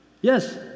Yes